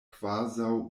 kvazaŭ